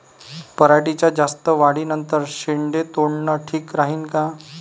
पराटीच्या जास्त वाढी नंतर शेंडे तोडनं ठीक राहीन का?